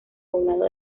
poblado